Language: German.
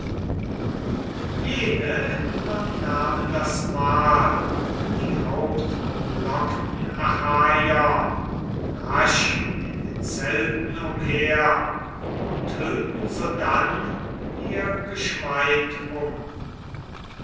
jene nun nahmen das mahl die hauptumlockten achaier rasch in den zelten umher und hüllten sodann ihr geschmeid um